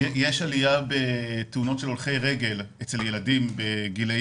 יש עלייה בתאונות של הולכי רגל אצל ילדים בגילאי